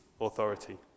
authority